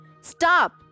Stop